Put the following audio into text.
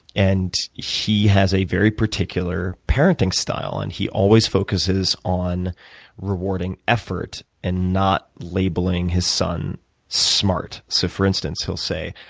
and he has a very particular parenting style. and he always focuses on rewarding effort and not labeling his son smart. so, for instance, he'll say,